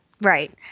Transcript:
Right